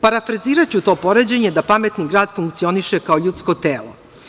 Parafraziraću to poređenje, da pametni grad funkcioniše kao ljudsko telo.